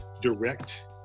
direct